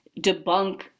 debunk